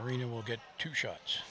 arena will get two shots